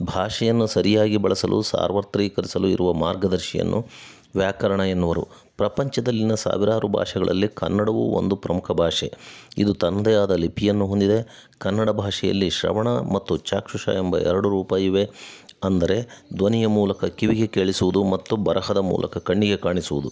ಭಾಷೆಯನ್ನು ಸರಿಯಾಗಿ ಬಳಸಲು ಸಾರ್ವತ್ರೀಕರ್ಸಲು ಇರುವ ಮಾರ್ಗದರ್ಶಿಯನ್ನು ವ್ಯಾಕರಣ ಎನ್ನುವರು ಪ್ರಪಂಚದಲ್ಲಿನ ಸಾವಿರಾರು ಭಾಷೆಗಳಲ್ಲಿ ಕನ್ನಡವೂ ಒಂದು ಪ್ರಮುಖ ಭಾಷೆ ಇದು ತನ್ನದೇ ಆದ ಲಿಪಿಯನ್ನು ಹೊಂದಿದೆ ಕನ್ನಡ ಭಾಷೆಯಲ್ಲಿ ಶ್ರವಣ ಮತ್ತು ಚಾಕ್ಷುಷ ಎಂಬ ಎರಡು ರೂಪ ಇವೆ ಅಂದರೆ ಧ್ವನಿಯ ಮೂಲಕ ಕಿವಿಗೆ ಕೇಳಿಸುವುದು ಮತ್ತು ಬರಹದ ಮೂಲಕ ಕಣ್ಣಿಗೆ ಕಾಣಿಸುವುದು